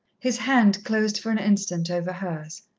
his hand closed for an instant over hers.